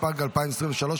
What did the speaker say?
התשפ"ד 2024,